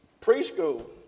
preschool